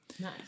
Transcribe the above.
Nice